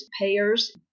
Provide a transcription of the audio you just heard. payers